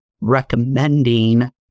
recommending